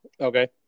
Okay